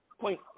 point